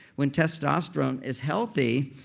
when testosterone is healthy,